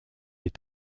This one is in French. est